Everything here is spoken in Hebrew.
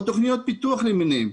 או תוכניות פיתוח למיניהן.